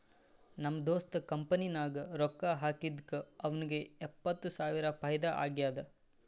ನಮ್ ದೋಸ್ತ್ ಕಂಪನಿ ನಾಗ್ ರೊಕ್ಕಾ ಹಾಕಿದ್ದುಕ್ ಅವ್ನಿಗ ಎಪ್ಪತ್ತ್ ಸಾವಿರ ಫೈದಾ ಆಗ್ಯಾದ್